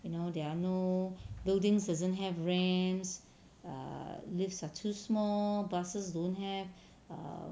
you know there are no buildings doesn't have rams err lifts are too small buses don't have err